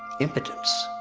impotence.